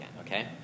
okay